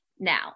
Now